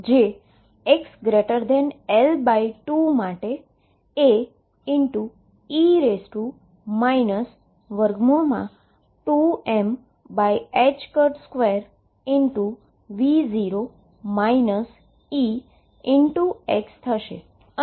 જે xL2 માટે Ae 2m2V0 Exથશે